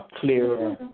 clearer